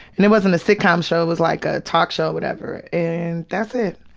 and it wasn't a sitcom show, it was like a talk show or whatever, and that's it.